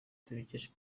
tubikesha